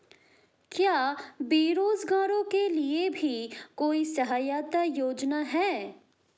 क्या बेरोजगारों के लिए भी कोई सहायता योजना है?